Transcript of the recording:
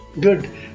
Good